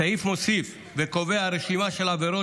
הסעיף מוסיף וקובע רשימה של עבירות